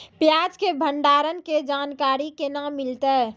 प्याज के भंडारण के जानकारी केना मिलतै?